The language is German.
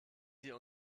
sie